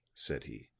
said he.